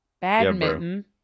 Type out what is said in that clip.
Badminton